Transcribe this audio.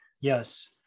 Yes